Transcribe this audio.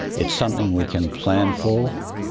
it's something we can plan for,